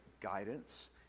guidance